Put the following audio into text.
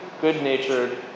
good-natured